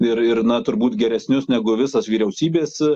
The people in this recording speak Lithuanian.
ir ir na turbūt geresnius negu visas vyriausybės